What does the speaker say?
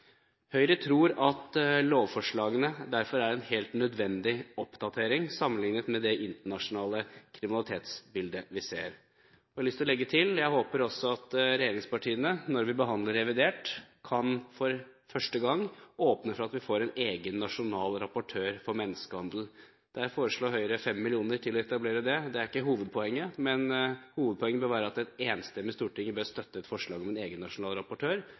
Høyre tror at lovforslagene derfor er en helt nødvendig oppdatering med tanke på det internasjonale kriminalitetsbildet vi ser. Jeg har lyst til å legge til: Jeg håper også at regjeringspartiene når vi behandler revidert budsjett, for første gang kan åpne for at vi får en egen nasjonal rapportør for menneskehandel. Høyre foreslår 5 mill. kr til å etablere det. Det er ikke hovedpoenget, men hovedpoenget bør være at et enstemmig storting bør støtte et forslag om en egen nasjonal rapportør